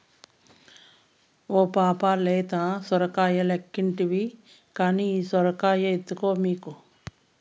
ఓ పాపా లేత సొరకాయలెక్కుంటివి కానీ ఈ సొరకాయ ఎత్తుకో మీకు